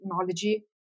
technology